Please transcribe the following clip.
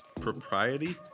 propriety